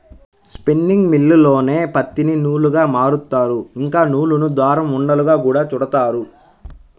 spinning మిల్లుల్లోనే పత్తిని నూలుగా మారుత్తారు, ఇంకా నూలును దారం ఉండలుగా గూడా చుడతారు